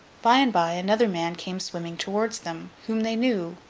by-and-by, another man came swimming towards them, whom they knew,